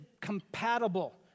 compatible